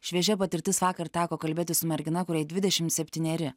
šviežia patirtis vakar teko kalbėtis su mergina kuriai dvidešimt septyneri